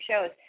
shows